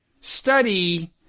study